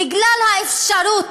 בגלל האפשרות